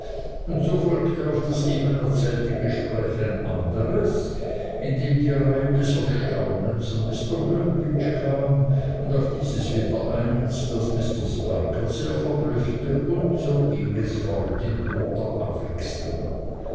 und so folgte auf das eben erzählte gespräch ein anderes in dem die reihe des erstaunens an mr gulpidge kam auf dieses wieder eins das mr spiker sehr verblüffte und so ging es fort in bunter abwechslung